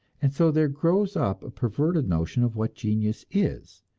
and so there grows up a perverted notion of what genius is,